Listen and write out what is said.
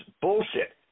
bullshit